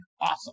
awesome